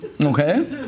Okay